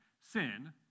sin